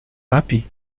papi